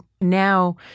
now